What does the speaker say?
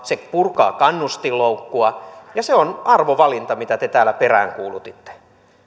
se purkaa kannustinloukkua ja se on arvovalinta mitä te täällä peräänkuulutitte